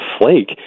Flake